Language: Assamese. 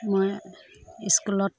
মই স্কুলত